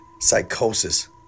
psychosis